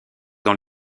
dans